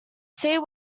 seat